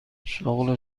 شغل